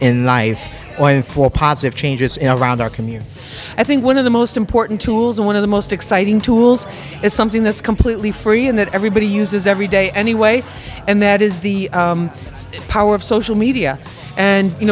point for positive changes in around our community i think one of the most important tools one of the most exciting tools is something that's completely free and that everybody uses every day anyway and that is the power of social media and you